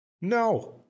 No